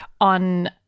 on